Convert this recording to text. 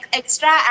extra